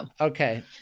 Okay